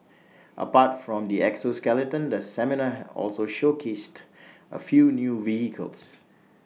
apart from the exoskeleton the seminar also showcased A few new vehicles